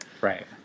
Right